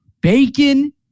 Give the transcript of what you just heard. Bacon